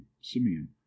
Simeon